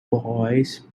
boys